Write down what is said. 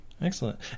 excellent